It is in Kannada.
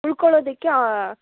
ಉಳ್ಕೊಳ್ಳೊದಕ್ಕೆ